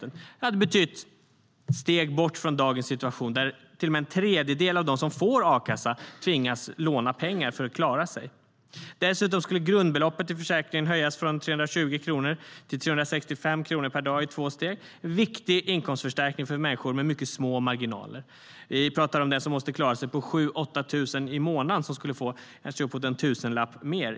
Det skulle ha betytt ett steg bort från dagens situation där en tredjedel av dem som får a-kassa tvingas låna pengar för att klara sig. Dessutom skulle grundbeloppet i försäkringen höjas från 320 kronor till 365 kronor per dag i två steg - en viktig inkomstförstärkning för människor med mycket små marginaler. Vi pratar om den som måste klara sig på 7 000-8 000 i månaden, som skulle få någon tusenlapp mer.